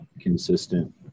consistent